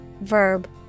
Verb